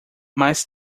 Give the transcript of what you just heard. mas